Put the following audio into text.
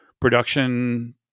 production